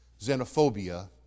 xenophobia